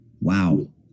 Wow